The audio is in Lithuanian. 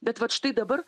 bet vat štai dabar